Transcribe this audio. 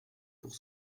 pour